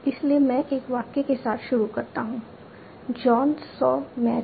इसलिए मैं एक वाक्य के साथ शुरू करता हूं जॉन सॉ मैरी